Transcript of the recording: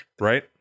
Right